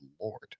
Lord